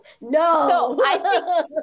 no